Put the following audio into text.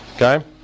Okay